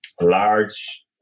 large